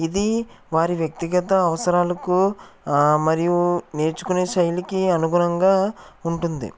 ఇది వారి వ్యక్తిగత అవసరాలకు మరియు నేర్చుకునే శైలికి అనుగుణంగా ఉంటుంది